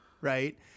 right